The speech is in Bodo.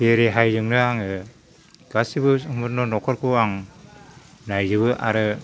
बे रेहायजोंनो आङो गासिबो न'खरखौ आं नायजोबो आरो